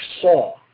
Saw